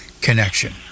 connection